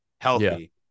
healthy